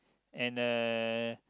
and uh